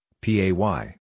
PAY